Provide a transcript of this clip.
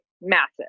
massive